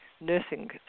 nursing